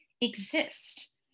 exist